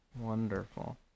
Wonderful